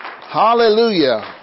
Hallelujah